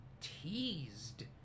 teased